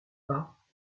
pas